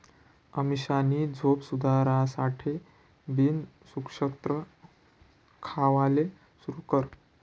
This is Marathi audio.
अमीषानी झोप सुधारासाठे बिन भुक्षत्र खावाले सुरू कर